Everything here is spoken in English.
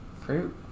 fruit